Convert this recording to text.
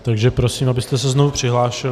Takže prosím, abyste se znovu přihlásili.